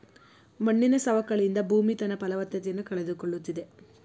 ಮಣ್ಣಿನ ಸವಕಳಿಯಿಂದ ಭೂಮಿ ತನ್ನ ಫಲವತ್ತತೆಯನ್ನು ಕಳೆದುಕೊಳ್ಳುತ್ತಿದೆ